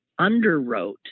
underwrote